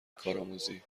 کارآموزی